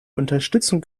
unterstützen